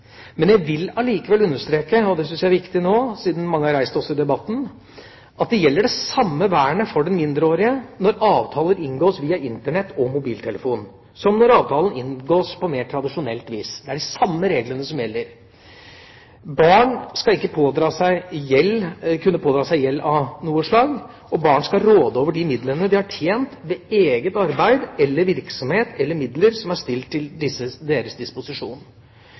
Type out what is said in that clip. Jeg vil allikevel understreke – og det syns jeg er viktig nå, siden mange har reist spørsmålet også i debatten – at det gjelder det samme vernet for den mindreårige når avtaler inngås via Internett og mobiltelefon, som når avtalen inngås på mer tradisjonelt vis. Det er de samme reglene som gjelder. Barn skal ikke kunne pådra seg gjeld av noe slag, og barn skal bare råde over de midlene de har tjent ved eget arbeid eller virksomhet eller midler som er stilt til deres disposisjon.